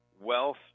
wealth